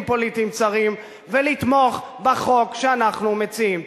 פוליטיים צרים ולתמוך בחוק שאנחנו מציעים.